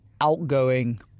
outgoing